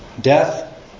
Death